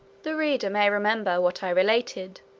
the reader may remember what i related,